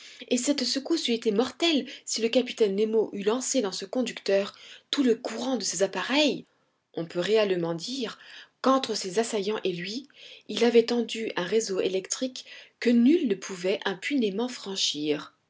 et cette secousse eût été mortelle si le capitaine nemo eût lancé dans ce conducteur tout le courant de ses appareils on peut réellement dire qu'entre ses assaillants et lui il avait tendu un réseau électrique que nul ne pouvait impunément franchir